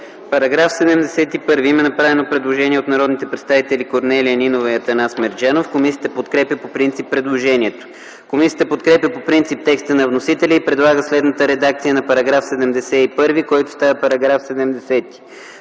ЦИПОВ: Има направено предложение от народните представители Корнелия Нинова и Атанас Мерджанов по § 71. Комисията подкрепя по принцип предложението. Комисията подкрепя по принцип текста на вносителя и предлага следната редакция на § 71, който става § 70: „§ 70.